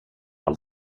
inte